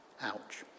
Ouch